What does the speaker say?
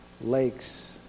lakes